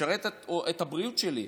משרת את הבריאות שלי.